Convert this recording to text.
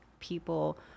people